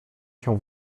się